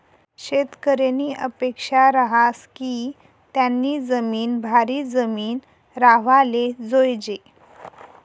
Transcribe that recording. शेतकरीनी अपेक्सा रहास की त्यानी जिमीन भारी जिमीन राव्हाले जोयजे